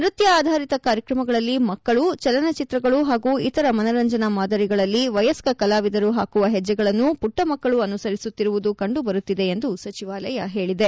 ನೃತ್ಯ ಆಧಾರಿತ ಕಾರ್ಯಕ್ರಮಗಳಲ್ಲಿ ಮಕ್ಕಳು ಚಲನಚಿತ್ರಗಳು ಹಾಗೂ ಇತರ ಮನರಂಜನಾ ಮಾದರಿಗಳಲ್ಲಿ ವಯಸ್ಕ ಕಲಾವಿದರು ಹಾಕುವ ಹೆಜ್ಜೆಗಳನ್ನು ಪುಟ್ಟ ಮಕ್ಕಳೂ ಅನುಸರಿಸುತ್ತಿರುವುದು ಕಂಡು ಬರುತ್ತಿದೆ ಎಂದು ಸಚಿವಾಲಯ ಹೇಳಿದೆ